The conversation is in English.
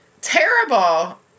terrible